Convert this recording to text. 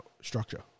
structure